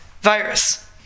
virus